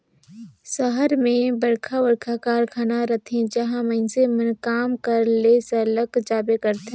सहर मन में बड़खा बड़खा कारखाना रहथे जिहां मइनसे मन काम करे ले सरलग जाबे करथे